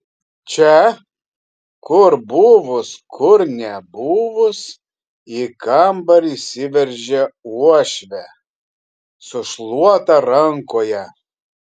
čia kur buvus kur nebuvus į kambarį įsiveržia uošvė su šluota rankoje